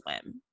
swim